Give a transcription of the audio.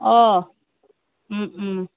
হয়